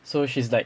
so she's like